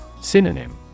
Synonym